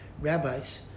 rabbis